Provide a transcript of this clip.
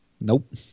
Nope